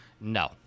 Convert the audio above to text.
No